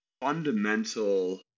fundamental